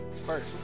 First